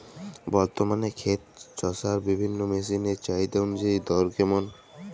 বর্তমানে ক্ষেত চষার বিভিন্ন মেশিন এর চাহিদা অনুযায়ী দর কেমন?